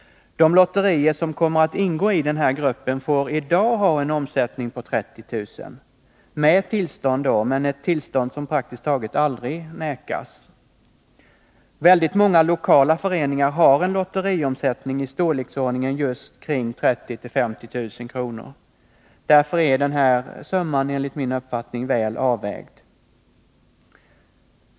De lotterier som kommer att ingå i den här gruppen får i dag ha en omsättning på 30 000 kr. med tillstånd — ett tillstånd som praktiskt taget aldrig vägras. Väldigt många lokala föreningar har en lotteriomsättning i storleksordningen just kring 30 000-50 000 kr. Därför är den här summan enligt min uppfattning väl avvägd.